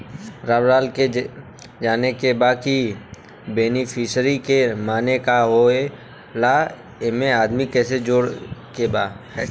रामलाल के जाने के बा की बेनिफिसरी के माने का का होए ला एमे आदमी कैसे जोड़े के बा?